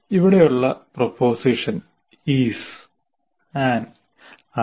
ഇവിടെയുള്ള proposition is an ആണ്